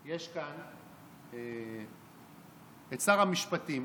יש כאן את שר המשפטים,